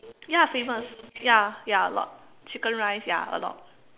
ya famous ya ya a lot chicken rice ya a lot